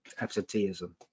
absenteeism